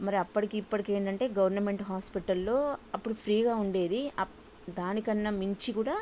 మరి అప్పటికి ఇప్పటికేంటంటే గవర్నమెంట్ హాస్పిటల్లో అప్పుడు ఫ్రీగా ఉండేది దానికన్నా మించి కూడా